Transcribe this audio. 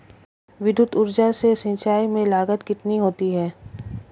विद्युत ऊर्जा से सिंचाई में लागत कितनी होती है?